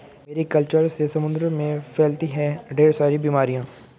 Mary culture से समुद्र में फैलती है ढेर सारी बीमारियां